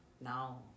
now